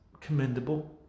commendable